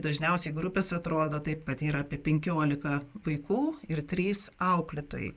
dažniausiai grupės atrodo taip kad yra apie penkiolika vaikų ir trys auklėtojai